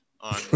on